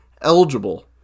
eligible